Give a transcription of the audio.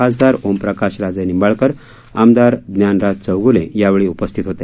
खासदार ओमप्रकाशराजे निंबाळकर आमदार ज्ञानराज चौगूले यावेळी उपस्थित होते